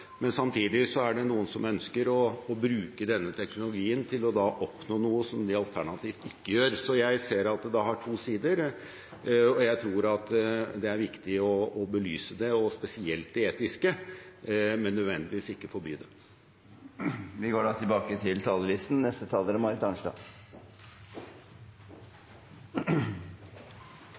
Men samtidig er det noen som ønsker å bruke denne teknologien til å oppnå noe som de alternativt ikke gjør. Så jeg ser at det har to sider, og jeg tror at det er viktig å belyse det, spesielt det etiske, men ikke nødvendigvis å forby det. Replikkordskiftet er dermed omme. Etter valget er det mange som vil forsøke å konstruere sin egen historie om valgresultatet. Da